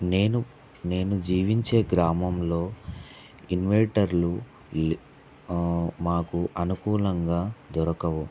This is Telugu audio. నేను నేను జీవించే గ్రామంలో ఇన్వర్టర్లు లే మాకు అనుకూలంగా దొరకవు